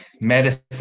medicine